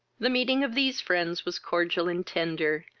the meeting of these friends was cordial and tender,